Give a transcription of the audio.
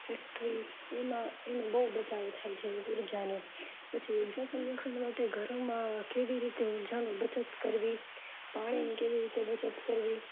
factory એમાં એનું બહુ બચાવ થઈ જાય ઊર્જાનો પછી ઊર્જા સંરક્ષણ માટે ઘરોમાં કેવી રીતે ઊર્જાનો બચત કરવી પાણીની કેવી રીતે બચત કરવી